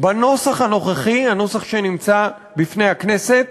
בנוסח הנוכחי, הנוסח שנמצא בפני הכנסת,